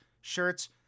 shirts